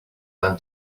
than